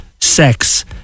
sex